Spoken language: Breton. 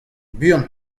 buan